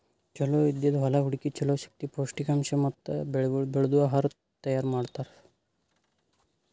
ಚಲೋ ಇದ್ದಿದ್ ಹೊಲಾ ಹುಡುಕಿ ಚಲೋ ಶಕ್ತಿ, ಪೌಷ್ಠಿಕಾಂಶ ಮತ್ತ ಬೆಳಿಗೊಳ್ ಬೆಳ್ದು ಆಹಾರ ತೈಯಾರ್ ಮಾಡ್ತಾರ್